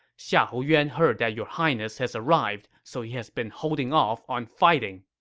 xiahou yuan heard that your highness has arrived, so he has been holding off on fighting.